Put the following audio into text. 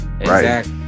right